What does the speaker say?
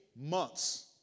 months